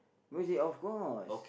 music of course